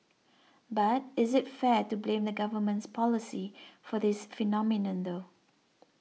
but is it fair to blame the government's policy for this phenomenon though